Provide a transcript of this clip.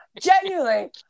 genuinely